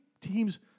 teams